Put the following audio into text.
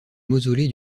mausolée